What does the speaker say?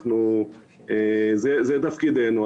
זה תפקידנו.